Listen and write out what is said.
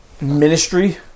Ministry